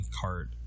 cart